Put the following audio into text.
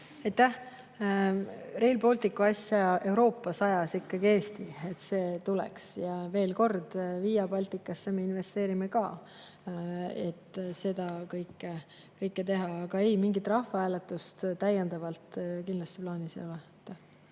Aitäh! Rail Balticu asja Euroopas ajas ikkagi Eesti – et see tuleks. Ja veel kord: Via Balticasse me investeerime ka, et seda kõike teha. Aga mingit rahvahääletust täiendavalt kindlasti plaanis